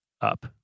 up